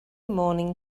morning